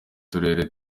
turere